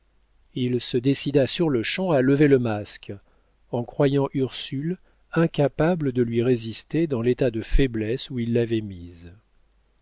il se décida sur-le-champ à lever le masque en croyant ursule incapable de lui résister dans l'état de faiblesse où il l'avait mise